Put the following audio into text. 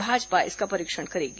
भाजपा इसका परीक्षण करेगी